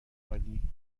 عالی